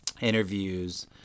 interviews